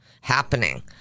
happening